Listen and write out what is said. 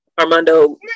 armando